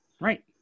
Right